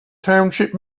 township